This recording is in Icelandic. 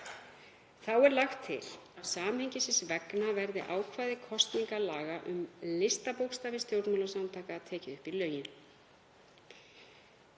Þá er lagt til að samhengisins vegna verði ákvæði kosningalaga um listabókstafi stjórnmálasamtaka tekið upp í lögin.